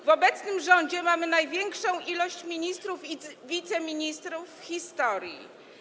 W obecnym rządzie mamy największą liczbę ministrów i wiceministrów w historii.